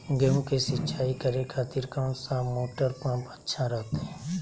गेहूं के सिंचाई करे खातिर कौन सा मोटर पंप अच्छा रहतय?